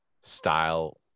style